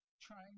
trying